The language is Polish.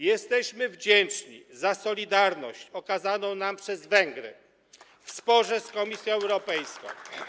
Jesteśmy wdzięczni za solidarność okazaną nam przez Węgry w sporze z Komisją Europejską.